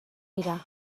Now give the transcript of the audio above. dira